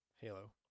Halo